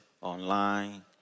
online